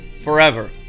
forever